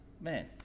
man